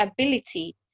ability